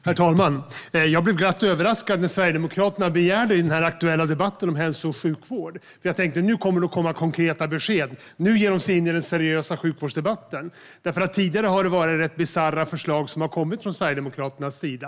Herr talman! Jag blev glatt överraskad när Sverigedemokraterna begärde denna aktuella debatt om hälso och sjukvård. Jag tänkte att det nu kommer att komma konkreta besked; nu ger de sig in i den seriösa sjukvårdsdebatten. Tidigare har det kommit rätt bisarra förslag från Sverigedemokraternas sida.